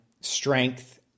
strength